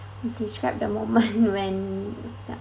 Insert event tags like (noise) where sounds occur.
describe the moment (laughs) when you felt